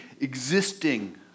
existing